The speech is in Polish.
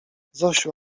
zosiu